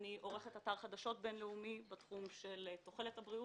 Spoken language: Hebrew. אני עורכת אתר חדשות בין-לאומי בתחום של תוחלת הבריאות,